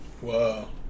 Wow